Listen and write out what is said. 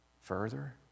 further